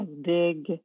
big